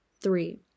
Three